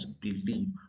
believe